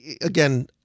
Again